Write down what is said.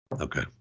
Okay